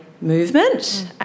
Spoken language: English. movement